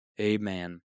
amen